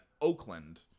oakland